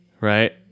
right